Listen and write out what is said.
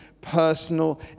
personal